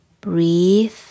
breathe